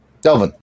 Delvin